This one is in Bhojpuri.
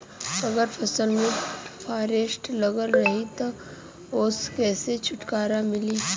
अगर फसल में फारेस्ट लगल रही त ओस कइसे छूटकारा मिली?